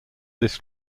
this